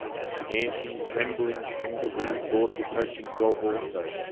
the panting, trembling kangaroo saw the approaching dog, also,